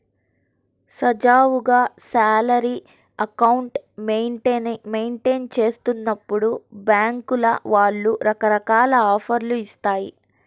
సజావుగా salary account maintain చేస్తున్నప్పుడు బ్యేంకుల వాళ్ళు రకరకాల ఆఫర్లను ఇత్తాయి